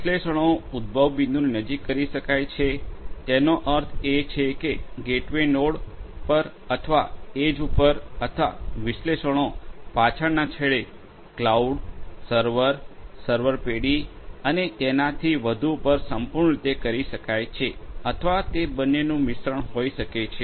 વિશ્લેષણો ઉદ્ભવ બિંદુની નજીક કરી શકાય છે તેનો અર્થ એ છે કે ગેટવે નોડ પર અથવા એજ પર અથવા વિશ્લેષણો પાછળના છેડે ક્લાઉડ સર્વર સર્વર પેઢી અને તેનાથી વધુ પર સંપૂર્ણ રીતે કરી શકાય છે અથવા તે બંનેનું મિશ્રણ હોઈ શકે છે